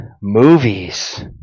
movies